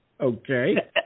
Okay